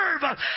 serve